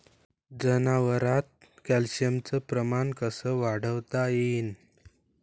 जनावरात कॅल्शियमचं प्रमान कस वाढवता येईन?